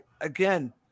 again